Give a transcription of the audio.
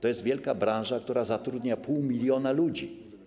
To jest wielka branża, która zatrudnia pół miliona ludzi.